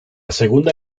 segunda